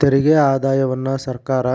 ತೆರಿಗೆ ಆದಾಯವನ್ನ ಸರ್ಕಾರ